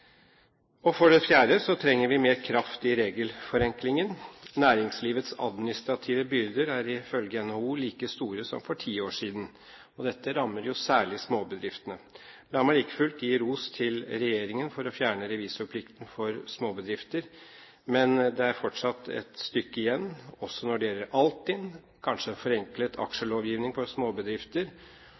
For det fjerde trenger vi mer kraft i regelforenklingen. Næringslivets administrative byrder er ifølge NHO like store som for ti år siden, og dette rammer særlig småbedriftene. La meg like fullt gi ros til regjeringen for å fjerne revisorplikten for småbedrifter. Men det er fortsatt et stykke igjen, også når det gjelder Altinn – kanskje en forenklet aksjelovgivning for